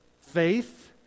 faith